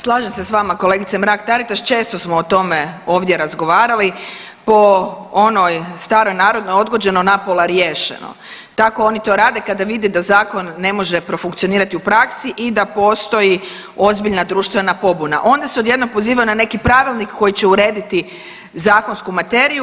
Slažem se s vama kolegice Mrak Taritaš, često smo o tome ovdje razgovarali, po onoj staroj narodnoj odgođeno napola riješeno, tako oni to rade kada vide da zakon ne može profunkcionirati u praksi i da postoji ozbiljna društvena pobuna onda se odjednom pozivaju na neki pravilnik koji će urediti zakonsku materiju.